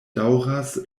daŭras